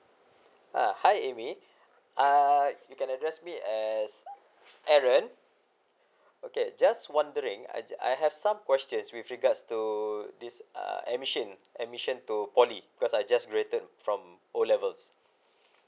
uh hi amy err you can address me as aaron okay just wondering I I have some questions with regards to this uh admission admission to poly because I just graduated from O levels